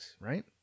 right